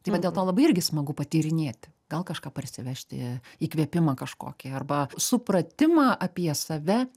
tai va dėl to labai irgi smagu patyrinėti gal kažką parsivežti įkvėpimą kažkokį arba supratimą apie save